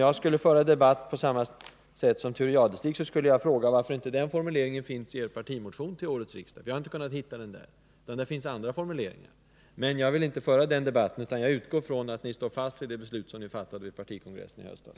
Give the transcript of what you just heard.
Om jag skulle föra samma typ av debatt som Thure Jadestig, skulle jag fråga varför inte partikongressens formulering finns med i socialdemokraternas partimotion till årets riksdag. Jag har inte kunnat finna den där, utan där finns andra formuleringar. Jag vill emellertid inte föra en sådan debatt, utan jag utgår från att ni står fast vid det beslut som ni fattade vid partikongressen i höstas.